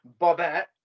Bobette